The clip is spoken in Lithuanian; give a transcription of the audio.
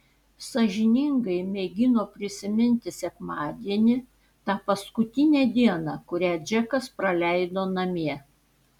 sąžiningai mėgino prisiminti sekmadienį tą paskutinę dieną kurią džekas praleido namie